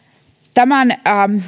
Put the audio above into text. tämän